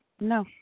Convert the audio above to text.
no